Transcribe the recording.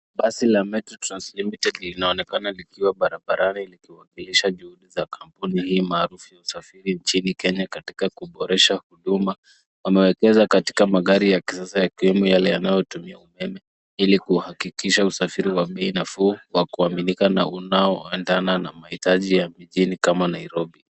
Basi la metro trans limited linaonekana likiwa barabarani likiwakilisha juhudi ya kampuni hii maarufu ya usafiri nchini Kenya katika kuboresha huduma, wamewekeza katika magari ya kisasa yakiwemo yale yanayotumia umeme ili kuhakikisha usafiri wa bei nafuu, wa kuaminika, na unaoendana na mahitaji ya mijini kama Nairobi.